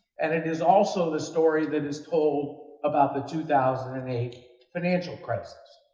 and it is also the story that is told about the two thousand and eight financial crisis.